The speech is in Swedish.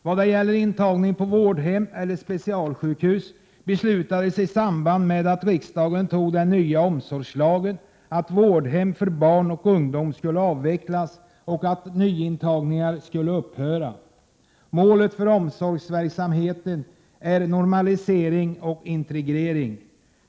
Vad gäller intagning på vårdhem eller specialsjukhus beslutades i samband med att riksdagen antog den nya omsorgslagen att vårdhem för barn och ungdom skulle avvecklas och att nyintagningar skulle upphöra. Målet för omsorgsverksamheten är normalisering och integrering.